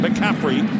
McCaffrey